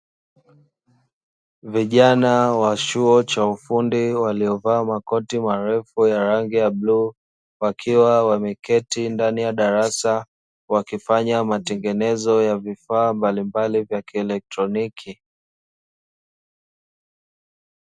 Vijana wa chuo cha ufundi waliovaa makoti marefu ya rangi ya bluu, wakiwa wameketi ndani ya darasa, wakifanya matengenezo ya vifaa mbalimbali vya kielektroniki.